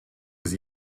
bis